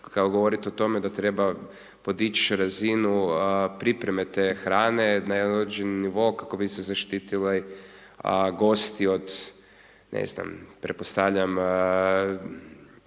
kad govorite o tome da treba podići razinu pripreme te hrane na jedan određeni nivo kako bise zaštitili gosti od ne znam, pretpostavljam,